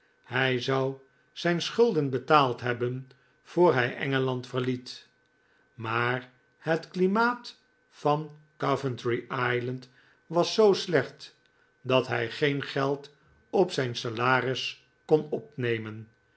hij zou zijn schulden betaald hebben voor hij engeland verliet maar het klimaat van coventry island was zoo slecht dat hij geen geld op zijn salaris kon opnemen